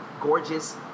Gorgeous